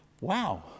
Wow